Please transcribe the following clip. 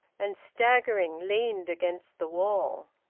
and, staggering, leaned against the wall.